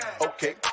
Okay